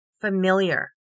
familiar